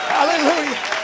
Hallelujah